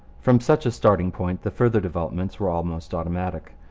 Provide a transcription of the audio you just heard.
from such a starting point the further developments were almost automatic.